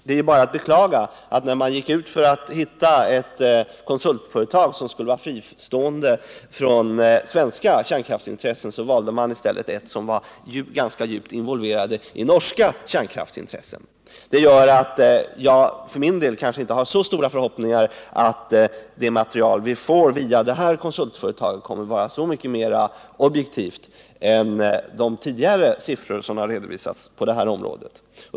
Det är bara att beklaga, att när man gick ut för att hitta ett konsultföretag som skulle vara fristående från svenska kärnkraftsintressen, valde man i stället ett företag som var ganska djupt involverat i norska kärnkraftsintressen. Det gör att jag för min del kanske inte har så stora förhoppningar om att det material vi får via det här konsultföretaget kommer att vara så mycket mera objektivt än de tidigare redovisade siffrorna på det här området.